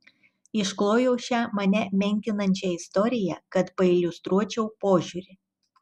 išklojau šią mane menkinančią istoriją kad pailiustruočiau požiūrį